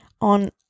on